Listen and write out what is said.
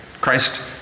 Christ